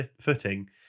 footing